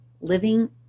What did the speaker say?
living